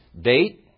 Date